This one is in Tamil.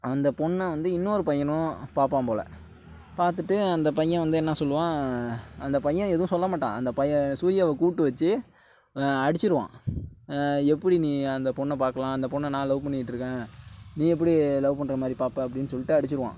அந்த பொண்ணை வந்து இன்னொரு பையனும் பார்ப்பான் போல பார்த்துட்டு அந்த பையன் வந்து என்ன சொல்வான் அந்த பையன் எதுவும் சொல்ல மாட்டான் அந்த பையன் சூரியாவை கூப்பிட்டு வெச்சு அடித்திருவான் எப்படி நீ அந்த பொண்ணை பார்க்கலாம் அந்த பொண்ணை நான் லவ் பண்ணிக்கிட்டு இருக்கேன் நீ எப்படி லவ் பண்ணுற மாதிரி பார்ப்ப அப்படின்னு சொல்லிவிட்டு அடித்திருவான்